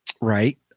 Right